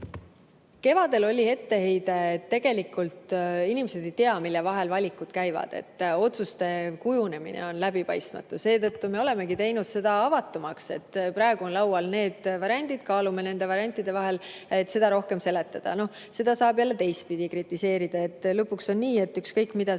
Kevadel oli etteheide, et tegelikult inimesed ei tea, mille vahel valikuid tehakse, et otsuste kujunemine on läbipaistmatu. Seetõttu me olemegi teinud seda avatumaks: praegu on laual need variandid, kaalume nende variantide vahel. Oleme tahtnud seda rohkem seletada. Aga seda saab jälle teistpidi kritiseerida. Lõpuks on nii, et ükskõik, mida